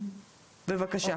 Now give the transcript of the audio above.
בבקשה.